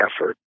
effort